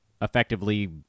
effectively